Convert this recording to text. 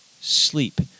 sleep